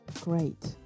Great